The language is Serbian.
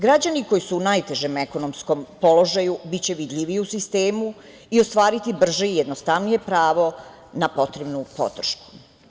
Građani koji su u najtežem ekonomskom položaju biće vidljivi u sistemu i ostvariti brže i jednostavnije pravo na potrebnu podršku.